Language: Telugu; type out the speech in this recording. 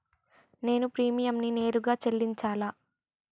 నేను ప్రీమియంని నేరుగా చెల్లించాలా?